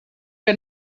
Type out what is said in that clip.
que